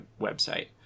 website